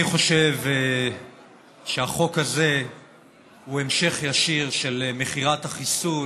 אני חושב שהחוק הזה הוא המשך ישיר של מכירת החיסול